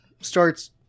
starts